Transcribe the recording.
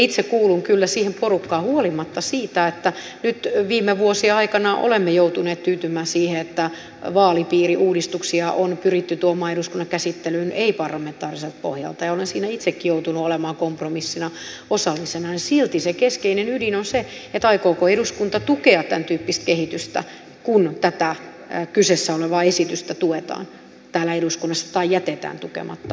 itse kuulun kyllä siihen porukkaan huolimatta siitä että nyt viime vuosien aikana olemme joutuneet tyytymään siihen että vaalipiiriuudistuksia on pyritty tuomaan eduskunnan käsittelyyn ei parlamentaariselta pohjalta ja olen siinä itsekin joutunut olemaan kompromissiin osallisena jonka mukaan se keskeinen ydin on se aikooko eduskunta tukea tämäntyyppistä kehitystä kun tätä kyseessä olevaa esitystä tuetaan täällä eduskunnassa tai jätetään tukematta